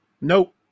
Nope